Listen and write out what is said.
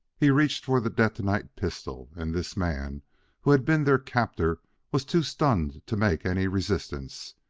he reached for the detonite pistol, and this man who had been their captor was too stunned to make any resistance.